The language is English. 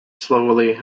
slowly